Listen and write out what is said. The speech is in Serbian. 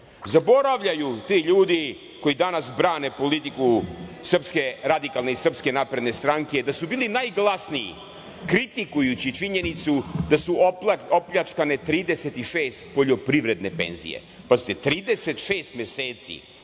Zaboravljaju ti ljudi koji danas brane politiku SRS i SNS da su bili najglasniji kritikujući činjenicu da su opljačkane 36 poljoprivredne penzije. Pazite 36 meseci